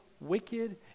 wicked